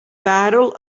battle